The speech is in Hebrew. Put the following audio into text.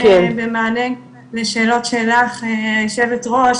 במענה לשאלות שלך היושבת ראש,